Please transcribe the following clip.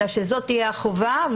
אלא שזאת תהיה החובה,